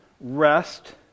rest